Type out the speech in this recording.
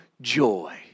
joy